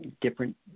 different